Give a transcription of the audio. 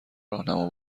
راهنما